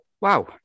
wow